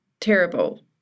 terrible